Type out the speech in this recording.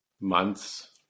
months